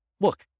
look